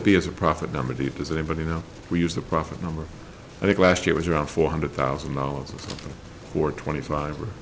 it be as a profit number to you does anybody know we use the profit number i think last year was around four hundred thousand dollars or twenty five or